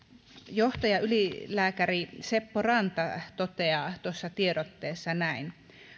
johtaja ylilääkäri seppo ranta toteaa tuossa tiedotteessa näin